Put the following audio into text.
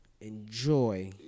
enjoy